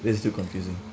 that's too confusing